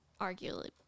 arguably